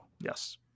yes